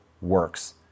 works